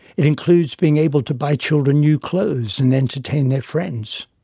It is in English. it includes being able to buy children new clothes and entertain their friends.